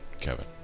Kevin